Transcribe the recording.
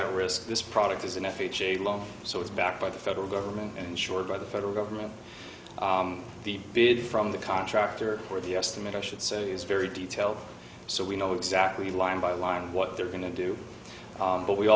that risk this product is an f h a loan so it's backed by the federal government and insured by the federal government the bid from the contractor for the estimate i should say is very detailed so we know exactly line by line what they're going to do but we